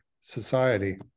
society